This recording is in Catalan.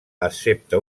excepte